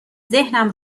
ذهنم